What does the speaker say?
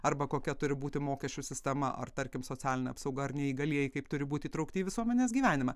arba kokia turi būti mokesčių sistema ar tarkim socialinė apsauga ar neįgalieji kaip turi būti įtraukti į visuomenės gyvenimą